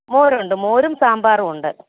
മോരുണ്ട് മോരും സാമ്പാറും ഉണ്ട്